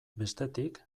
bestetik